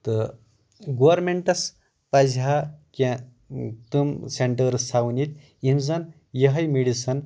تہٕ گورمیٚنٛٹس پَزِ ہا کیٚنٛہہ تِم سیٚنٛٹٲرٕس تھاوٕنۍ ییٚتہِ یِم زَن یِہے میڈسن